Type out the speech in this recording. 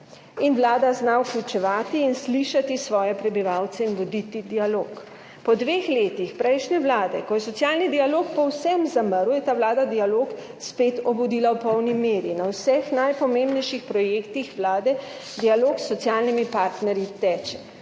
vlada zna vključevati in slišati svoje prebivalce in voditi dialog. Po dveh letih prejšnje vlade, ko je socialni dialog povsem zamrl, je ta vlada dialog spet obudila v polni meri. Na vseh najpomembnejših projektih Vlade teče dialog s socialnimi partnerji.